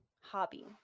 hobby